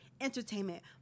entertainment